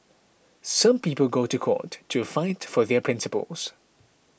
some people go to court to fight for their principles